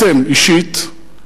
אתם אישית,